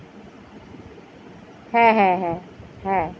হ্যাঁ হ্যাঁ হ্যাঁ হ্যাঁ